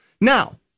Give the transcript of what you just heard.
Now